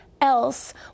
else